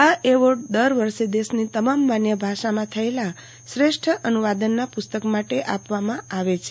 આ એવોર્ડ દર વર્ષે દેશની તમામ માન્ય ભાષામાં થયેલ શ્રેષ્ઠ અનુવાદના પુસ્તક માટે આપવામાં આવે છે